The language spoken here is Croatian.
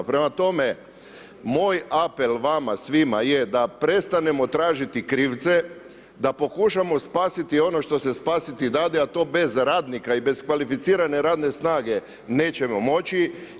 Prema tome, moj apel vama svima je da prestanemo tražiti krivce, da pokušamo spasiti ono što se spasiti dade a to bez radnika i bez kvalificirane radne snage nećemo moći.